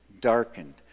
darkened